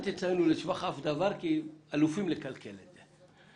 אל תציינו לשבח שום דבר כי אלופים לקלקל את זה.